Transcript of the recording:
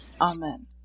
Amen